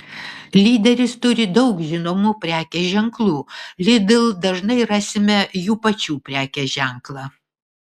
lyderis turi daug žinomų prekės ženklų lidl dažnai rasime jų pačių prekės ženklą